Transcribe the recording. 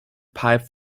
pipe